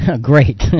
Great